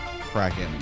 Kraken